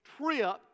trip